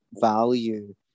value